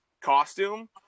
costume